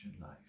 life